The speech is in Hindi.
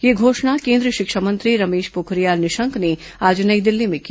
यह घोषणा केंद्रीय शिक्षा मंत्री रमेश पोखरियाल निशंक ने आज नई दिल्ली में की